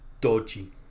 dodgy